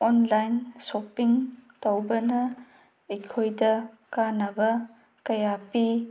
online shopping ꯇꯧꯕꯅ ꯑꯩꯈꯣꯏꯗ ꯀꯥꯟꯅꯕ ꯀꯌꯥ ꯄꯤ